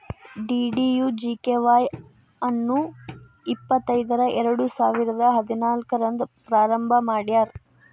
DDUGKY Y ಅನ್ನು ಇಪ್ಪತೈದರ ಎರಡುಸಾವಿರ ಹದಿನಾಲ್ಕು ರಂದ್ ಪ್ರಾರಂಭ ಮಾಡ್ಯಾರ್